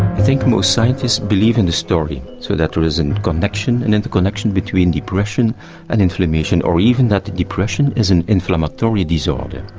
think most scientists believe in this story so that there is a connection, an interconnection between depression and inflammation, or even that depression is an inflammatory disorder.